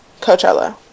Coachella